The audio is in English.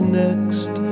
next